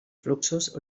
fluxos